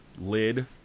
lid